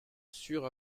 sûre